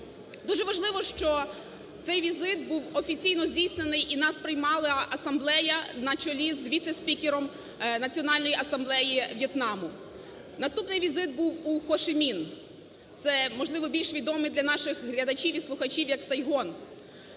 Дуже важливо, що цей візит був офіційно здійснений, і нас приймала асамблея на чолі в віце-спікером Національної Асамблеї В'єтнаму. Наступний візит був у Хошимін. Це, можливо, більш відомий для наших глядачів і слухачів як Сайгон.